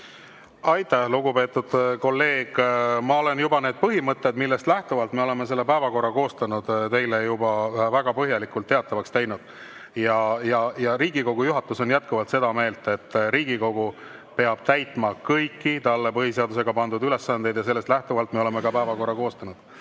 Aitäh, lugupeetud kolleeg! Ma olen need põhimõtted, millest lähtuvalt me oleme selle päevakorra koostanud, teile juba väga põhjalikult teatavaks teinud. Riigikogu juhatus on jätkuvalt seda meelt, et Riigikogu peab täitma kõiki talle põhiseadusega pandud ülesandeid, ja sellest lähtuvalt me oleme päevakorra koostanud.